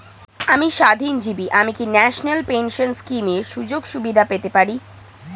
আমি স্বাধীনজীবী আমি কি ন্যাশনাল পেনশন স্কিমের সুযোগ সুবিধা পেতে পারি?